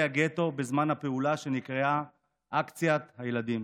הגטו בזמן הפעולה שנקראה 'אקציית הילדים'.